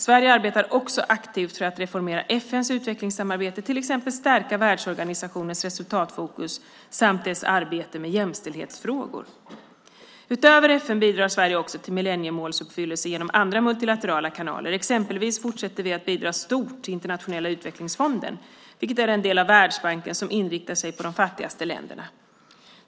Sverige arbetar också aktivt för att reformera FN:s utvecklingssamarbete, till exempel stärka världsorganisationens resultatfokus samt dess arbete med jämställdhetsfrågor. Utöver FN bidrar Sverige till millenniemålsuppfyllelse genom andra multilaterala kanaler. Exempelvis fortsätter vi att bidra stort till Internationella utvecklingsfonden, vilken är den del av Världsbanken som inriktar sig på de fattigaste länderna.